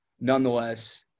nonetheless